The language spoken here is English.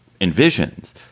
envisions